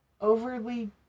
overly